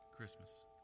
Christmas